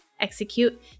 execute